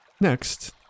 Next